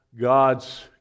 God's